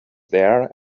there